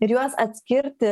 ir juos atskirti